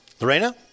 Lorena